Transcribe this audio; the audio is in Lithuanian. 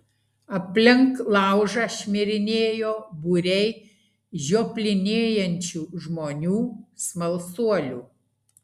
aplink laužą šmirinėjo būriai žioplinėjančių žmonių smalsuolių